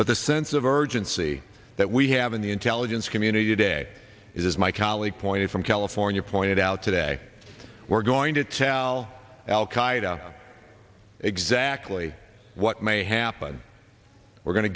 but the sense of urgency that we have in the intelligence community today is as my colleague pointed from california pointed out today we're going to tell al qaeda exactly what may happen we're going to